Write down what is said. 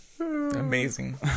Amazing